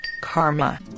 karma